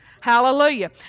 Hallelujah